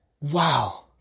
Wow